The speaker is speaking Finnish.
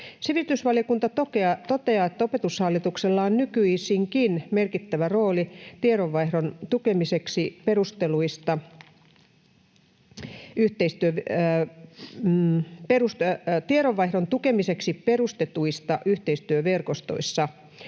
Sivistysvaliokunta toteaa, että Opetushallituksella on nykyisinkin merkittävä rooli tiedonvaihdon tukemiseksi perustetuissa yhteistyöverkostoissa.